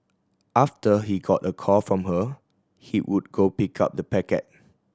after he got a call from her he would go pick up the packet